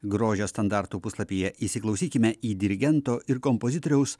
grožio standartų puslapyje įsiklausykime į dirigento ir kompozitoriaus